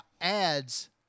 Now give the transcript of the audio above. ads